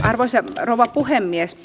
arvoisa rouva puhemies